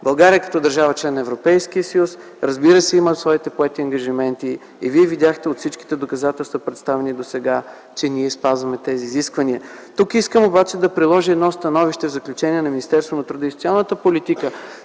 България като държава – член на Европейския съюз, разбира се, има своите поети ангажименти и Вие видяхте от всичките доказателства, представени досега, че ние спазваме тези изисквания. Тук искам обаче да приложа и едно становище - заключение на Министерството на труда и социалната политика,